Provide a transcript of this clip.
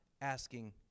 asking